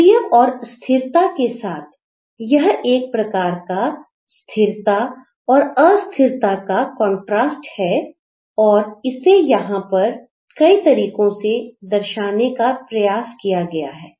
सक्रिय और स्थिरता के साथ यह एक प्रकार का स्थिरता और अस्थिरता का कंट्रास्ट है और इसे यहां पर कई तरीकों से दर्शाने का प्रयास किया गया है